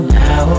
now